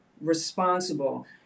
Responsible